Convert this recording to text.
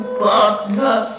partner